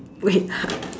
wait